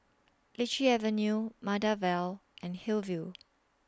Lichi Avenue Maida Vale and Hillview